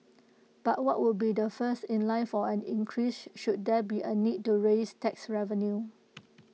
but what would be the first in line for an increase should there be A need to raise tax revenue